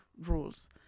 rules